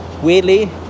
Weirdly